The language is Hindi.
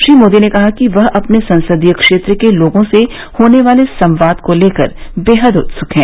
श्री मोदी ने कहा कि वह अपने संसदीय क्षेत्र के लोगों से होने वाले संवाद को लेकर बेहद उत्सुक हैं